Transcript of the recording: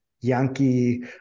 Yankee